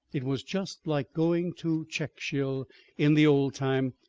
it was just like going to checkshill in the old time,